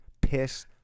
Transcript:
piss